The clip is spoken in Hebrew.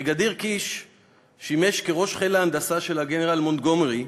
בריגדיר קיש שימש כראש חיל ההנדסה של הגנרל מונטגומרי,